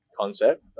Concept